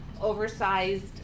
oversized